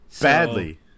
Badly